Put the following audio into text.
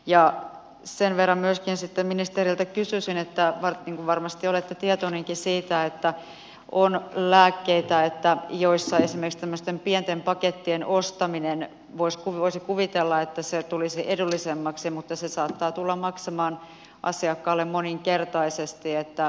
ja sitten myöskin siitä kysyisin ministeriltä että niin kuin varmasti olette tietoinenkin siitä on lääkkeitä joissa esimerkiksi tämmöisten pienten pakettien ostamisen voisi kuvitella tulevan edullisemmaksi mutta se saattaa tulla maksamaan asiakkaalle moninkertaisesti